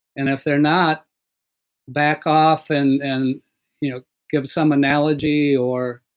and if they're not back off and and you know give some analogy, or